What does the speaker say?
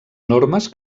normes